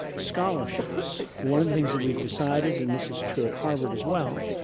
scholarships. one of the things that we've decided, and this is true at harvard as well,